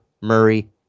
Murray